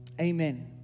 Amen